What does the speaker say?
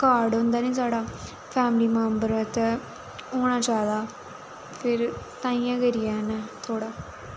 card होंदा नी साढ़ा फैमली मैम्बर बास्तै होना चाहिदा फिर ताइयें करियै इ'नें थोह्ड़ा